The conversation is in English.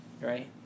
right